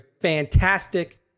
fantastic